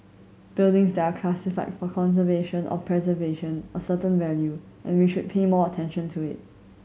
buildings that are classified for conservation or preservation a certain value and we should pay more attention to it